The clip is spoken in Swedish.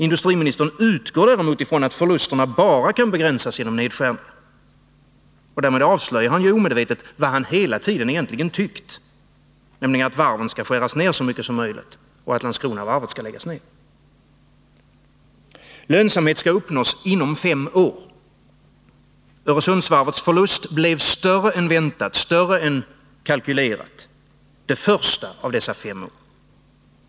Industriministern utgår däremot från att förlusterna bara kan begränsas genom nedskärningar. Därmed avslöjar han omedvetet vad han hela tiden egentligen tyckt — att varven skall skäras ner så mycket som möjligt och att Landskronavarvet skall läggas ner. Lönsamhet skall uppnås inom fem år. Öresundsvarvets förlust blev större än väntat, större än kalkylerat, det första av dessa fem år.